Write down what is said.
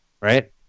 right